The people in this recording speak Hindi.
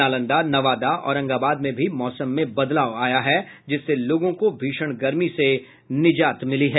नालंदा नवादा औरंगाबाद में भी मौसम में बदलाव आया है जिससे लोगों को भीषण गर्मी से निजात मिली है